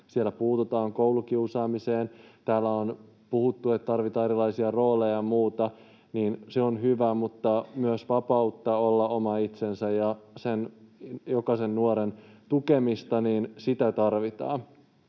siellä puututaan koulukiusaamiseen. Täällä on puhuttu, että tarvitaan erilaisia rooleja ja muuta, ja se on hyvä, mutta tarvitaan myös vapautta olla oma itsensä ja jokaisen nuoren tukemista. Sitten ehkä vähän